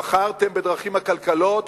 בחרתם בדרכים עקלקלות,